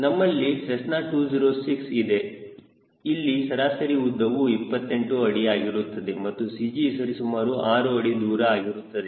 ನಮ್ಮಲ್ಲಿ ಸೆಸ್ನಾ206 ಇದೆ ಇಲ್ಲಿ ಸರಾಸರಿ ಉದ್ದವು 28 ಅಡಿ ಆಗಿರುತ್ತದೆ ಮತ್ತು CG ಸರಿಸುಮಾರು 6 ಅಡಿ ದೂರ ಆಗಿರುತ್ತದೆ